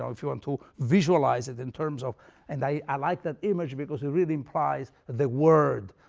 ah if you want to visualize it in terms of and i i like that image because it really implies the word.